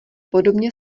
podobně